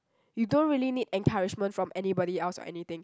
you don't really need encouragement from anybody else or anything